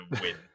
win